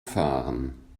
fahren